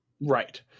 Right